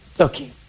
Okay